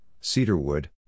cedarwood